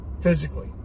physically